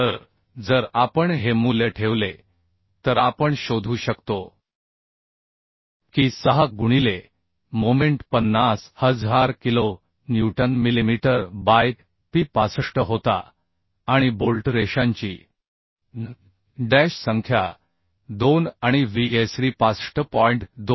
तर जर आपण हे मूल्य ठेवले तर आपण शोधू शकतो की 6 गुणिले moment 50000 kilo newton millimetre by P 65 होता आणि बोल्ट रेषांची n डॅश संख्या 2 आणि VSD 65